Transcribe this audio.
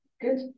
good